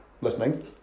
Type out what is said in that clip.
listening